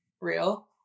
real